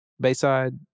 Bayside